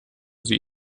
sie